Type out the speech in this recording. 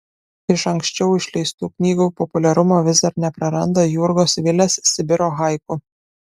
iš anksčiau išleistų knygų populiarumo vis dar nepraranda jurgos vilės sibiro haiku